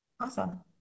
Awesome